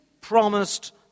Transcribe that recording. promised